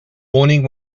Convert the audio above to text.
morning